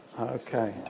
Okay